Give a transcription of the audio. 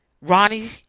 Ronnie